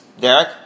Derek